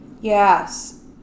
Yes